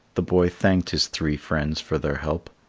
the boy thanked his three friends for their help.